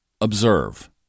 Observe